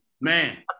Man